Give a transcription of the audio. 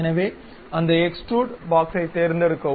எனவே அந்த எக்ஸ்ட்ரூட் பாஸைத் தேர்ந்தெடுக்கவும்